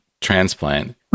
transplant